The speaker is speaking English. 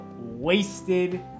wasted